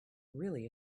really